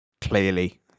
Clearly